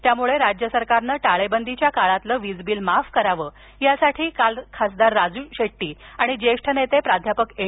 त्यामुळे राज्य सरकारनं टाळेबंदीच्या काळातील वीज बिल माफ करावं यासाठी काल खासदार राजू शेट्टी आणि जेष्ठ नेते प्राध्यापक एन